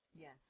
yes